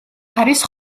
არის